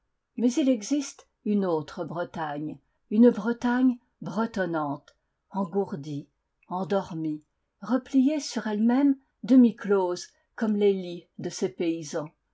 mais il existe une autre bretagne une bretagne bretonnante engourdie endormie repliée sur elle-même demi close comme les lits de ses paysans